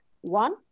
One